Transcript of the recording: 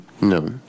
No